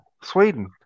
Sweden